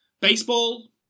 baseball